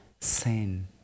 sin